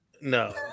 No